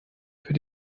für